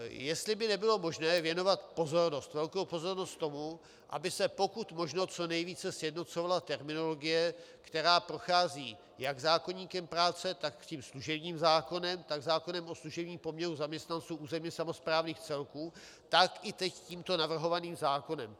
Jestli by nebylo možné věnovat velkou pozornost tomu, aby se pokud možno co nejvíce sjednocovala terminologie, která prochází jak zákoníkem práce, tak služebním zákonem, tak zákonem o služebním poměru zaměstnanců územně samosprávních celků, tak i teď tímto navrhovaným zákonem.